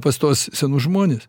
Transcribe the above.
pas tuos senus žmones